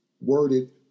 worded